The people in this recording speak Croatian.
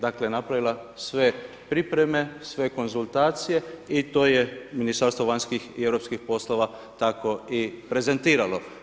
Dakle, napravila sve pripreme, sve konzultacije i to je Ministarstvo vanjskih i europskih poslova tako i prezentiralo.